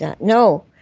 No